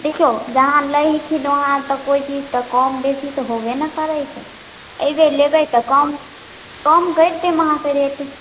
देखिऔ जहाँ लै हखिन वहाँ तऽ कोइ चीज तऽ कम बेसी तऽ होबे ने करै छै अएबै लेबै तऽ कम कम करि देब अहाँके रेट